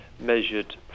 measured